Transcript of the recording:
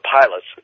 pilots